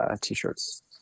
t-shirts